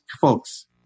folks